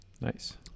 nice